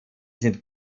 sind